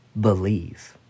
believe